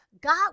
God